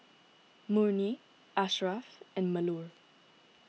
Murni Asharaff and Melur